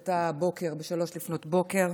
שאירעה הבוקר ב-03:00,